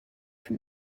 from